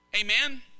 Amen